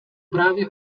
právě